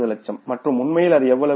1600000 மற்றும் உண்மையில் அது எவ்வளவு